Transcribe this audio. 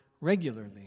regularly